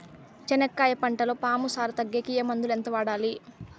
చెనక్కాయ పంటలో పాము సార తగ్గేకి ఏ మందులు? ఎంత వాడాలి?